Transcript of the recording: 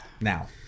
Now